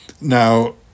Now